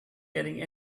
getting